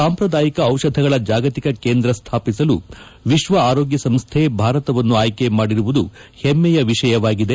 ಸಾಂಪ್ರಾದಾಯಿಕ ಔಷಧಗಳ ಜಾಗತಿಕ ಕೇಂದ್ರ ಸ್ಥಾಪಿಸಲು ವಿಶ್ವ ಆರೋಗ್ಯ ಸಂಸ್ಥೆ ಭಾರತವನ್ನು ಆಯ್ಕೆ ಮಾಡಿರುವುದು ಹೆಮ್ಮೆಯ ವಿಷಯವಾಗಿದೆ